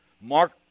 Mark